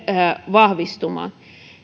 vahvistumaan